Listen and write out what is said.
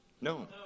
No